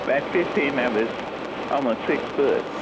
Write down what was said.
by fifteen, i was almost six foot,